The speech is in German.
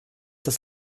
das